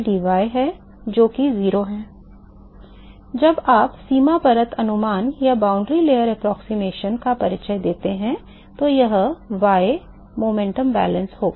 इसलिए जब आप सीमा परत अनुमान का परिचय देते हैं तो यह y संवेग संतुलन होगा